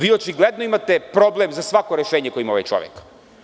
Vi očigledno imate problem za svako rešenje koje ima ovaj čovek.